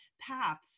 paths